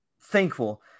thankful